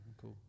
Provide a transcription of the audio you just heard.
Cool